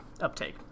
uptake